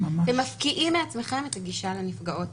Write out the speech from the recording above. אתם מפקיעים מעצמכם את הגישה לנפגעות.